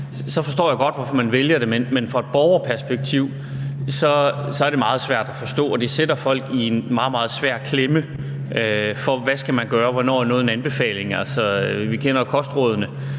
forstår jeg godt, hvorfor man vælger det. Men fra et borgerperspektiv er det meget svært at forstå, og det sætter folk i en meget, meget svær klemme, i forhold til hvad man skal gøre. Hvornår er noget en anbefaling? Vi kender jo kostrådene.